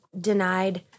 denied